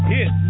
Hit